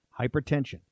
Hypertension